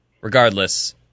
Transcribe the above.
Regardless